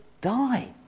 die